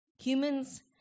humans